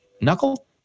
knuckle